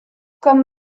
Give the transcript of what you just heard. comme